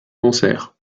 concert